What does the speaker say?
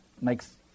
makes